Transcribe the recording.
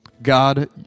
God